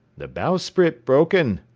the bowsprit broken.